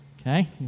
Okay